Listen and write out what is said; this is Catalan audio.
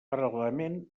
paral·lelament